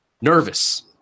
nervous